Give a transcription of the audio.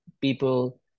people